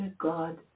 God